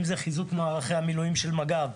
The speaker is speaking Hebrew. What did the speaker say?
אם זה חיזוק מערכי המילואים של מג"ב,